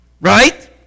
Right